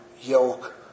yoke